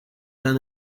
than